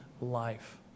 life